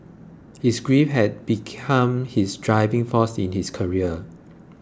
his grief had become his driving force in his career